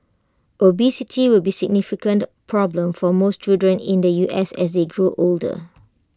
obesity will be A significant problem for most children in the U S as they draw older